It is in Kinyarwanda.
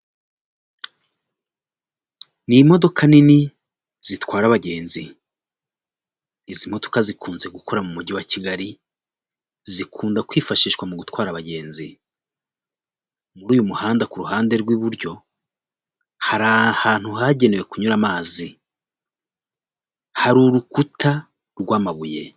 Ni modoka nini zitwara abagenzi, izi modoka zikunze gu gukora mu Mujyi wa Kigali zikunda kwifashishwa mu gutwara abagenzi, muri uyu muhanda ku ruhande rw'iburyo hari ahantu hagenewe kunyura amazi, hari urukuta rw'amabuye.